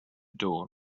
dawn